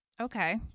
Okay